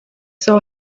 saw